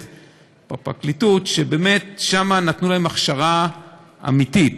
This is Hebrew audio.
או הפרקליטות ששם נתנו להם הכשרה אמיתית,